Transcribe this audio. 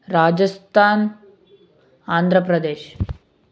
Rajasthan Andhra Pradesh